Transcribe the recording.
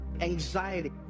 anxiety